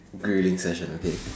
grilling session okay